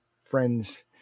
friends